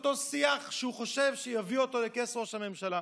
אותו שיח שהוא חושב שיביא אותו לכס ראש הממשלה.